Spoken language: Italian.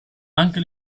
anche